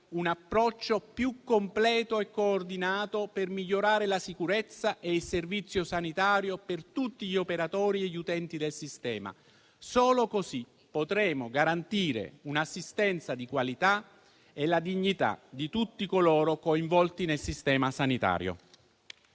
un approccio più completo e coordinato per migliorare la sicurezza e il servizio sanitario per tutti gli operatori e gli utenti del sistema. Solo così potremo garantire un'assistenza di qualità e la dignità di tutti coloro coinvolti nel sistema sanitario.